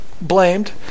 blamed